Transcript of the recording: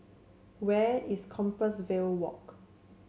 where is Compassvale Walk